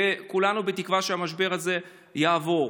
וכולנו בתקווה שהמשבר הזה יעבור.